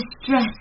distress